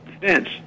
defense